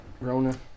Rona